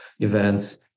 event